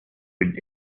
would